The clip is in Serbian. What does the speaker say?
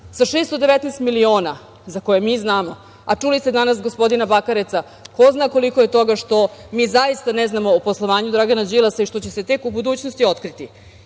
sa 619 miliona, za koje mi znamo, a čuli ste danas gospodina Bakereca, ko zna koliko je toga što mi zaista ne znamo o poslovanju Dragana Đilasa i što će se tek u budućnosti otkriti.